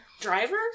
driver